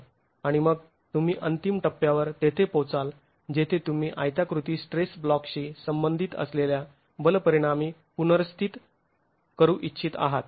आणि मग तुम्ही अंतिम टप्प्यावर तेथे पोहोचाल जेथे तुम्ही आयताकृती स्ट्रेस ब्लॉकशी संबंधित असलेल्या बल परिणामी पुनर्स्थित करू इच्छित आहात